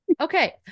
Okay